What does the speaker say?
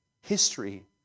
history